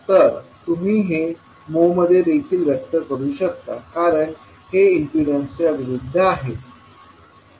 तर तुम्ही ते mho मध्ये देखील व्यक्त करू शकता कारण हे इम्पीडन्सच्या विरूद्ध आहे